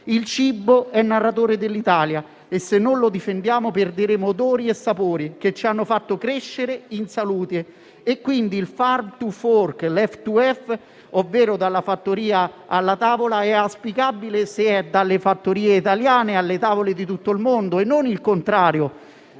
Il cibo è narratore dell'Italia e se non lo difendiamo perderemo odori e sapori che ci hanno fatto crescere in salute. Il Farm to fork, ovvero dalla fattoria alla tavola, è auspicabile se è dalle fattorie italiane alle tavole di tutto il mondo e non il contrario.